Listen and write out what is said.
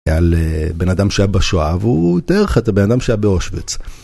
על בן אדם שהיה בשואה, והוא דרך את הבן אדם שהיה באושוויץ.